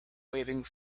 waving